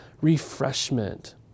refreshment